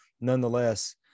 nonetheless